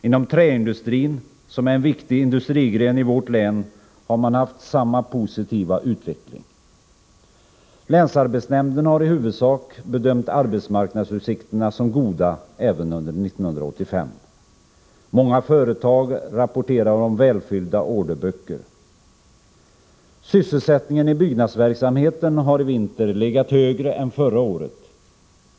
Inom träindustrin, som är en viktig industrigren i vårt län, har man haft samma positiva utveckling. Länsarbetsnämnden har i huvudsak bedömt arbetsmarknadsutsikterna som goda även under 1985. Många företag rapporterar om välfyllda orderböcker. Sysselsättningen i byggnadsverksamheten har i vinter legat högre än förra året.